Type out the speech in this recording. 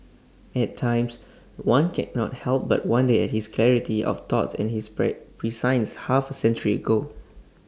at times one cannot help but wonder at his clarity of thought and his per prescience half A century ago